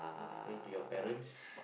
referring to your parents